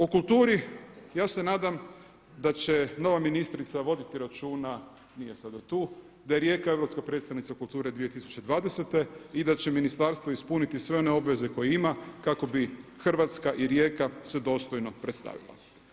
O kulturi, ja se nadam da će nova ministrica voditi računa, nije sada tu, da je Rijeka europska predstavnica kulture 2020. i da će ministarstvo ispuniti sve one obaveze koje ima kako bi Hrvatska i Rijeka se dostojno predstavila.